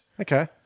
Okay